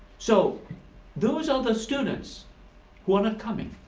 so those are the students who are not coming,